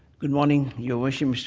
good morning, your worship,